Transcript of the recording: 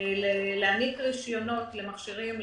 להעניק רישיונות למכשירים,